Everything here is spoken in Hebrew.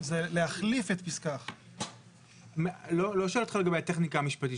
זה להחליף את פסקה 1. אני לא שואל אותך לגבי הטכניקה המשפטית.